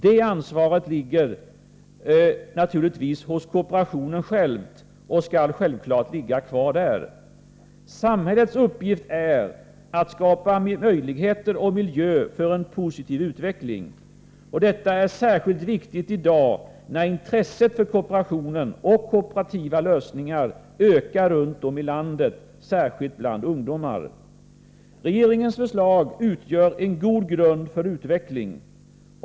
Det ansvaret ligger hos kooperationen själv och skall självklart ligga kvar där. Samhällets uppgift är att skapa möjligheter och miljö för en positiv utveckling. Detta är särskilt viktigt i dag när intresset för kooperationen och kooperativa lösningar ökar runt om i landet, särskilt bland ungdomar. Regeringens förslag utgör en god grund för utveckling.